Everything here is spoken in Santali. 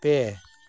ᱯᱮ